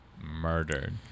murdered